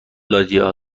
دادیا